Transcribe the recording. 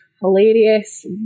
hilarious